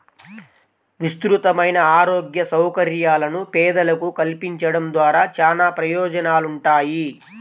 విస్తృతమైన ఆరోగ్య సౌకర్యాలను పేదలకు కల్పించడం ద్వారా చానా ప్రయోజనాలుంటాయి